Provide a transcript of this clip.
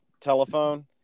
telephone